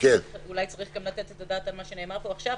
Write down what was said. אולי צריך לתת את הדעת גם על מה שנאמר פה עכשיו,